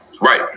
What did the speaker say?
right